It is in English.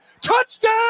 Touchdown